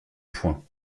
point